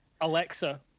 Alexa